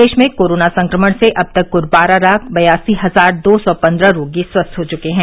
देश में कोरोना संक्रमण से अब तक कुल बारह लाख बयासी हजार दो सौ पन्द्रह रोगी स्वस्थ हो चुके हैं